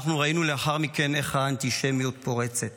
אנחנו רואים לאחר מכן איך האנטישמיות פורצת